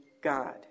God